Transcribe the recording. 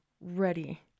ready